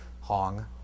Hong